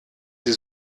sie